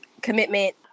commitment